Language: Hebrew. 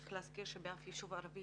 צריך להזכיר שבאף יישוב ערבי